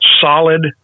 solid